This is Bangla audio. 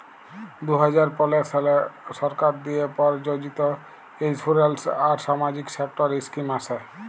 দু হাজার পলের সালে সরকার দিঁয়ে পরযোজিত ইলসুরেলস আর সামাজিক সেক্টর ইস্কিম আসে